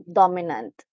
dominant